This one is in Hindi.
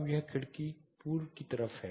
अब यह खिड़की पूर्व की तरफ है